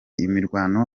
imirwano